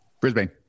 Brisbane